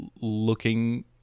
looking